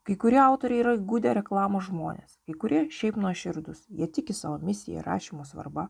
kai kurie autoriai yra įgudę reklamos žmonės kai kurie šiaip nuoširdūs jie tiki savo misija ir rašymo svarba